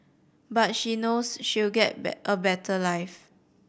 but she knows she'll get a better life